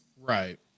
Right